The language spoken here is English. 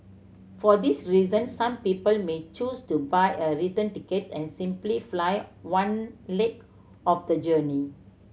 for this reason some people may choose to buy a return tickets and simply fly one leg of the journey